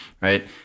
right